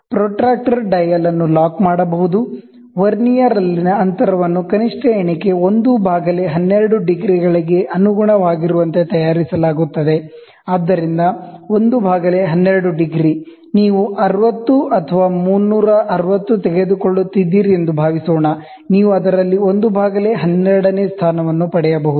protractor ಡಯಲ್ಅನ್ನು lock ಮಾಡಬಹುದು ವರ್ನಿಯರ್ನಲ್ಲಿನ ಅಂತರವನ್ನು ಕನಿಷ್ಠ ಎಣಿಕೆ 112 ಡಿಗ್ರಿಗಳಿಗೆ ಅನುಗುಣವಾಗಿರುವಂತೆ ತಯಾರಿಸಲಾಗುತ್ತದೆ ಆದ್ದರಿಂದ 112 ಡಿಗ್ರಿ ನೀವು 60 ಅಥವಾ 360 ತೆಗೆದುಕೊಳ್ಳುತ್ತೀರಿ ಎಂದು ಭಾವಿಸೋಣ ನೀವು ಅದರಲ್ಲಿ 112 ನೇ ಸ್ಥಾನವನ್ನು ಪಡೆಯಬಹುದು